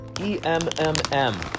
E-M-M-M